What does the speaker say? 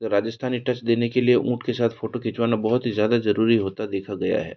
तो राजस्थानी टच देने के लिए ऊँट के साथ फ़ोटो खिंचवाना बहुत ही ज़्यादा ज़रूरी होता देखा गया है